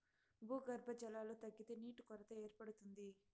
భూగర్భ జలాలు తగ్గితే నీటి కొరత ఏర్పడుతుంది